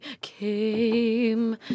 came